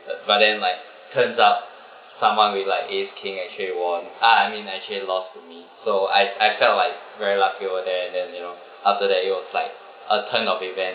but then like turns up someone with like ace king actually won ah I mean actually lost to me so I I felt like very lucky over there and then you know after that it was like a turn of events